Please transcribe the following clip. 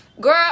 Girl